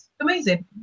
Amazing